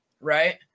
right